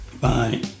Bye